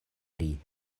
pri